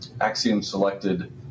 Axiom-selected